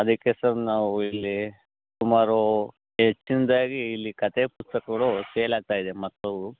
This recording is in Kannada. ಅದಕ್ಕೆ ಸರ್ ನಾವು ಇಲ್ಲೀ ಸುಮಾರು ಹೆಚ್ಚಿನದಾಗಿ ಇಲ್ಲಿ ಕತೆ ಪುಸ್ತಕಗಳು ಸೇಲ್ ಆಗ್ತಾ ಇವೆ ಮಕ್ಕಳವು